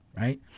right